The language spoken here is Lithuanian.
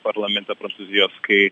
parlamente prancūzijos kai